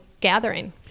gathering